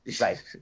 Right